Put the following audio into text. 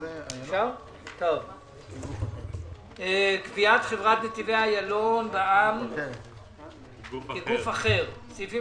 הצעת קביעת חברת נתיבי איילון בע"מ כ"גוף אחר" סעיפים